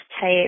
type